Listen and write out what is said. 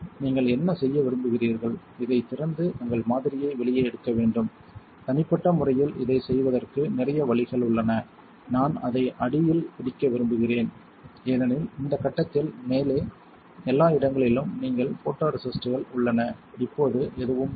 நீங்கள் என்ன செய்ய விரும்புகிறீர்கள் இதைத் திறந்து உங்கள் மாதிரியை வெளியே எடுக்க வேண்டும் தனிப்பட்ட முறையில் இதைச் செய்வதற்கு நிறைய வழிகள் உள்ளன நான் அதை அடியில் பிடிக்க விரும்புகிறேன் ஏனெனில் இந்த கட்டத்தில் மேலே எல்லா இடங்களிலும் நீங்கள் போட்டோரெசிஸ்டுகள் உள்ளன இப்போது எதுவும் இல்லை